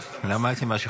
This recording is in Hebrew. טוב, למדתי משהו.